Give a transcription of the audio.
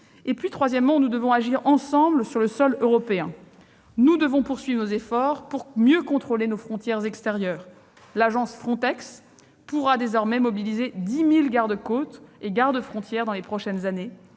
par certains. Nous devons enfin agir ensemble sur le sol européen. Nous devons poursuivre nos efforts pour mieux contrôler nos frontières extérieures. L'agence Frontex pourra mobiliser 10 000 garde-côtes et garde-frontières dans les prochaines années,